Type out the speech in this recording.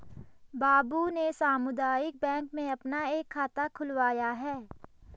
बाबू ने सामुदायिक बैंक में अपना एक खाता खुलवाया है